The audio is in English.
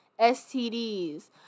STDs